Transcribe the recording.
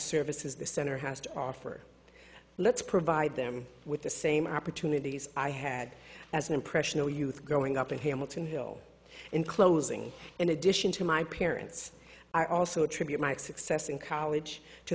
services the center has to offer let's provide them with the same opportunities i had as an impressionable youth growing up in hamilton hill inclosing in addition to my parents i also attribute my success in college to